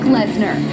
Lesnar